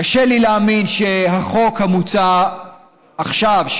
קשה לי להאמין שהחוק המוצע עכשיו,